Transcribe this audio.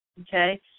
okay